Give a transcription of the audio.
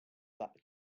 that